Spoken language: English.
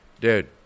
dude